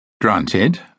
Granted